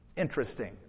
Interesting